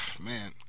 man